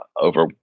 over